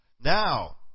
Now